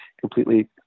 completely